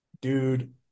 dude